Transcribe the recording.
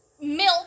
milk